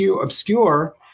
obscure